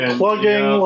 plugging